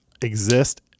exist